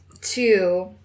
two